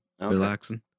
relaxing